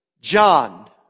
John